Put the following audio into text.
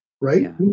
right